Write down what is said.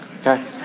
Okay